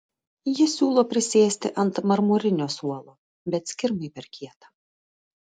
ji siūlo prisėsti ant marmurinio suolo bet skirmai per kieta